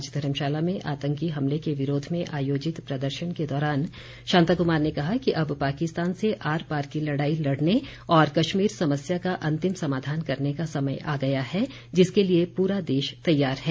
आज धर्मशाला में आतंकी हमले के विरोध में आयोजित प्रदर्शन के दौरान शांता कुमार ने कहा कि अब पाकिस्तान से आर पार की लड़ाई लड़ने और कश्मीर समस्या का अंतिम समाधान करने का समय आ गया है जिसके लिए पूरा देश तैयार है